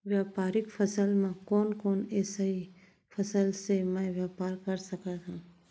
व्यापारिक फसल म कोन कोन एसई फसल से मैं व्यापार कर सकत हो?